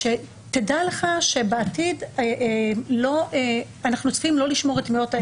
שתדע לך שבעתיד אנחנו צפויים לא לשמור את טביעות האצבע.